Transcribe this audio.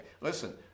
Listen